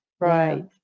Right